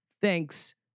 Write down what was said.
Thanks